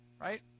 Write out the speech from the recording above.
Right